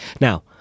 Now